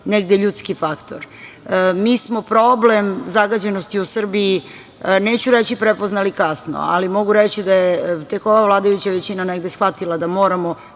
svega, ljudski faktor. Mi smo problem zagađenosti u Srbiji, neću reći prepoznali kasno, ali mogu reći da je tek ova vladajuća većina negde shvatila da moramo,